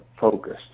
focused